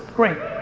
great.